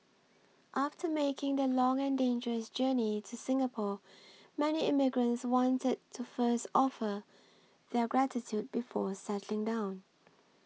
after making the long and dangerous journey to Singapore many immigrants wanted to first offer their gratitude before settling down